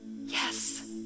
Yes